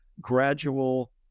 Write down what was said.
gradual